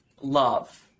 love